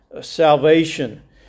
salvation